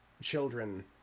children